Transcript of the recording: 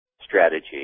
strategy